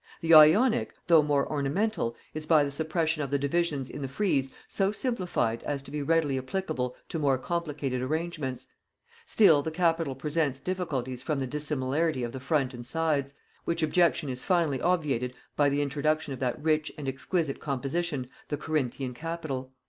the ionic, though more ornamental, is by the suppression of the divisions in the frieze so simplified as to be readily applicable to more complicated arrangements still the capital presents difficulties from the dissimilarity of the front and sides which objection is finally obviated by the introduction of that rich and exquisite composition, the corinthian capital.